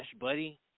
buddy